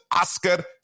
Oscar